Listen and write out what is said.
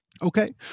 Okay